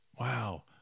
Wow